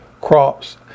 crops